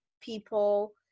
people